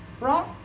Right